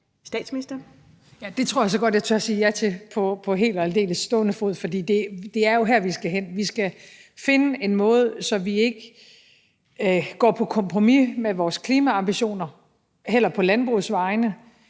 Frederiksen): Ja, det tror jeg så godt jeg tør sige ja til på helt og aldeles stående fod, for det er jo her, vi skal hen. Vi skal finde en måde, hvor vi ikke går på kompromis med vores klimaambitioner, heller ikke på landbrugets vegne,